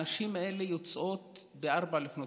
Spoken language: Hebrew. הנשים האלה יוצאות ב-04:00,